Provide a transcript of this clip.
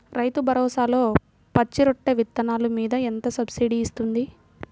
రైతు భరోసాలో పచ్చి రొట్టె విత్తనాలు మీద ఎంత సబ్సిడీ ఇస్తుంది?